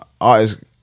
artist's